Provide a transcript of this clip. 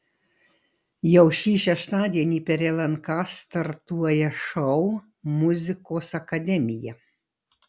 jau šį šeštadienį per lnk startuoja šou muzikos akademija